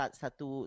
satu